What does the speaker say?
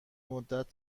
مدت